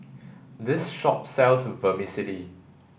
this shop sells Vermicelli